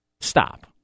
Stop